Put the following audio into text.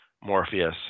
Morpheus